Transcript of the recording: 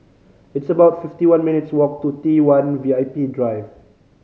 it's about fifty one minutes' walk to Tone V I P Drive